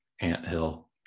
anthill